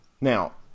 now